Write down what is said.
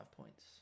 points